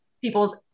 people's